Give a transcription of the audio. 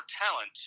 talent –